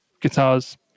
guitars